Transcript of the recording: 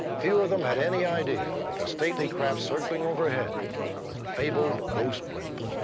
few of them had any idea that the stately craft circling overhead was a fabled ghost blimp.